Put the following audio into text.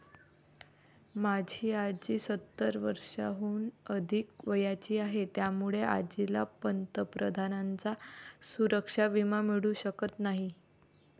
माझी आजी सत्तर वर्षांहून अधिक वयाची आहे, त्यामुळे आजीला पंतप्रधानांचा सुरक्षा विमा मिळू शकत नाही